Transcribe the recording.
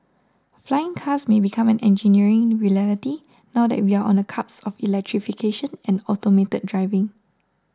flying cars may become an engineering reality now that we are on the cusp of electrification and automated driving